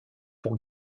pour